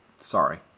sorry